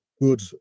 good